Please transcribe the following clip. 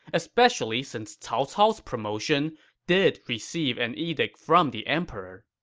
especially since cao cao's promotion did receive an edict from the emperor.